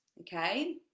okay